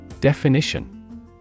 DEFINITION